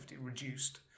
reduced